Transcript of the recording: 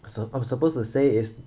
so I am supposed to say is